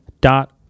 dot